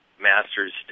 Master's